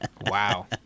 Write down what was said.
Wow